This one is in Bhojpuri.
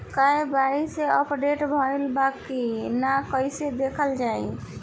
के.वाइ.सी अपडेट भइल बा कि ना कइसे देखल जाइ?